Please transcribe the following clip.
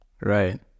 Right